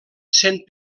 sent